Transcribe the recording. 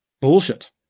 bullshit